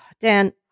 Dan